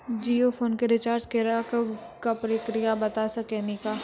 Jio phone के recharge करे के का प्रक्रिया बता साकिनी का?